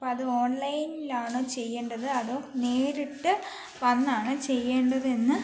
അപ്പോൾ അത് ഓൺലൈനിൽ ആണോ ചെയ്യേണ്ടത് അതോ നേരിട്ട് വന്നാണോ ചെയ്യേണ്ടത് എന്ന്